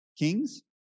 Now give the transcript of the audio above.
kings